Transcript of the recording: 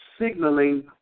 signaling